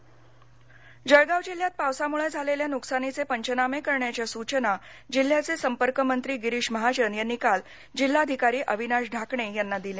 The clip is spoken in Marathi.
जळगाव जळगाव जिल्ह्यात पावसामुळे झालेल्या नुकसानीचे पंचनामे करण्याच्या सूचना जिल्ह्याचे संपर्क मंत्री गिरीश महाजन यांनी काल जिल्हाधिकारी अविनाश ढाकणे यांना दिल्या